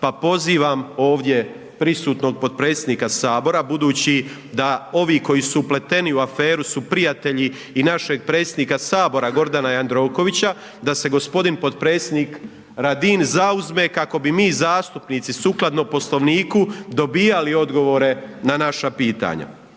pa pozivam ovdje prisutnog potpredsjednika Sabora budući da ovi koji su upleteni u aferu su prijatelji i našeg predsjednika Sabora Gordana Jandrokovića, da se g. potpredsjednik Radin zauzme kako bi mi zastupnici sukladno Poslovniku dobivali odgovore na naša pitanja.